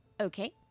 Okay